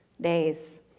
days